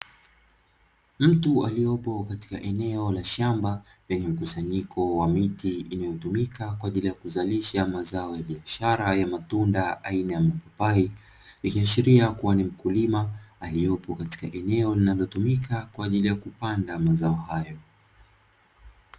Mtu aliyepo katika eneo la shamba lenye mkusanyiko wa miti inayotumika kwa ajili ya kuzalisha mazao ya biashara ya matunda aina ya mapapai, ikiashiria kuwa ni mkulima aliyepo katika eneo linalotumika kwa ajili ya kupanda mazao hayo.